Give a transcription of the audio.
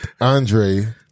Andre